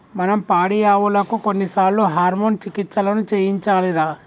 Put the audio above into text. మనం పాడియావులకు కొన్నిసార్లు హార్మోన్ చికిత్సలను చేయించాలిరా